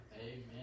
amen